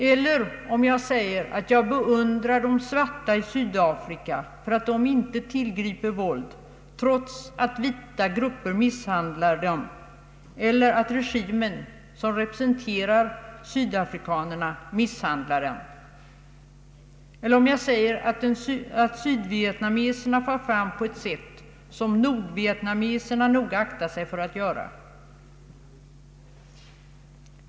Eller om jag säger att jag beundrar de svarta i Sydafrika för att de inte tillgriper våld trots att vita grupper misshandlar dem eller trots att regimen som representerar sydafrikanerna misshandlar dem? Eller om jag säger att sydvietnameserna far fram på ett sätt som nordvietnameserna noga aktar sig för att göra?